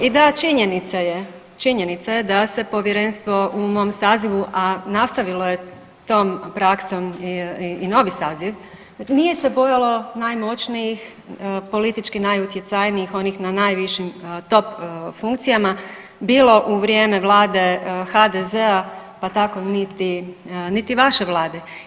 I da, činjenica je da se povjerenstvo u mom sazivu, a nastavilo je tom praksom i novi saziv, nije se bojalo najmoćnijih, politički najutjecajnijih, onih na najvišim top funkcijama bilo u vrijeme vlade HDZ-a, pa tako niti vaše vlade.